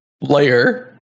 layer